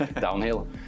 downhill